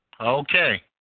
Okay